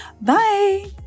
Bye